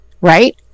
right